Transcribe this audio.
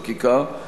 החקיקה,